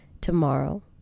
Tomorrow